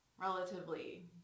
relatively